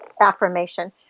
affirmation